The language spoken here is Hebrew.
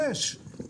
עכשיו השר ידבר.